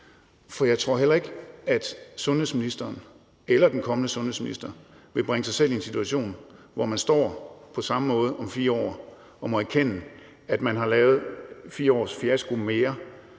for jeg tror heller ikke, at sundhedsministeren – eller den kommende sundhedsminister – vil bringe sig selv i en situation, hvor man står på samme måde om 4 år og må erkende, at man har lavet 4 års fiasko mere,